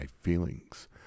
feelings